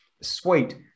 Sweet